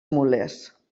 mules